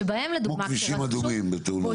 שבהם לדוגמא --- כמו כבישים אדומים בתאונות.